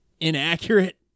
inaccurate